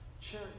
Church